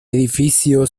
edificio